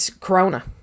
corona